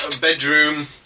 bedroom